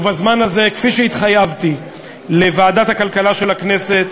ובזמן הזה, כפי שהתחייבתי לוועדת הכלכלה של הכנסת,